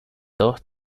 dos